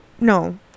no